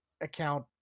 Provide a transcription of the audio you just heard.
account